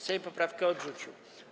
Sejm poprawkę odrzucił.